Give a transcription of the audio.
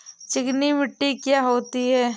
चिकनी मिट्टी क्या होती है?